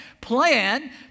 Plan